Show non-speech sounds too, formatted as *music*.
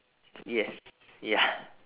yes ya *laughs*